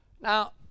now